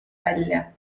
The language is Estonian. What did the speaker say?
välja